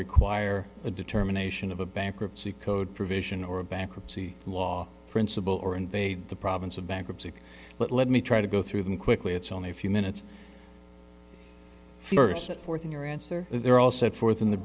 require a determination of a bankruptcy code provision or a bankruptcy law principle or and they the province of bankruptcy but let me try to go through them quickly it's only a few minutes first set forth in your answer they are all set forth in the